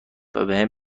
وبهم